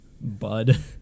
Bud